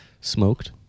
smoked